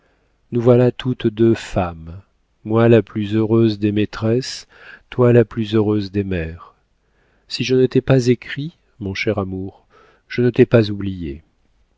nous voilà toutes deux femmes moi la plus heureuse des maîtresses toi la plus heureuse des mères si je ne t'ai pas écrit mon cher amour je ne t'ai pas oubliée